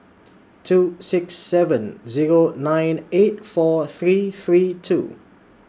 two six seven Zero nine eight four three three two